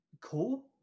cool